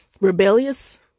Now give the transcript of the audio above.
rebellious